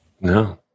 No